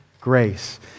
Grace